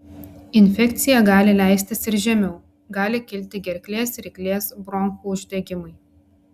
infekcija gali leistis ir žemiau gali kilti gerklės ryklės bronchų uždegimai